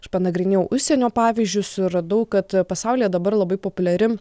aš panagrinėjau užsienio pavyzdžius ir radau kad pasaulyje dabar labai populiari